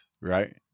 right